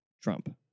Trump